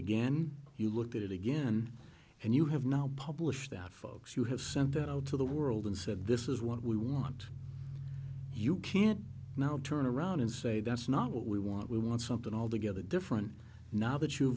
again you look at it again and you have now published that folks you have sent out to the world and said this is what we want you can now turn around and say that's not what we want we want something altogether different now that you